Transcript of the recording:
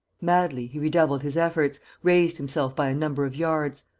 madly, he redoubled his efforts, raised himself by a number of yards,